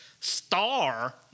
star